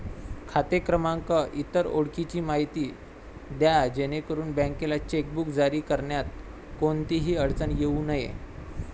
खाते क्रमांक, इतर ओळखीची माहिती द्या जेणेकरून बँकेला चेकबुक जारी करण्यात कोणतीही अडचण येऊ नये